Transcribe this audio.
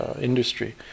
industry